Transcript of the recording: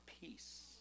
peace